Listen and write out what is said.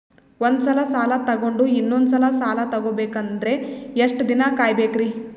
ಒಂದ್ಸಲ ಸಾಲ ತಗೊಂಡು ಇನ್ನೊಂದ್ ಸಲ ಸಾಲ ತಗೊಬೇಕಂದ್ರೆ ಎಷ್ಟ್ ದಿನ ಕಾಯ್ಬೇಕ್ರಿ?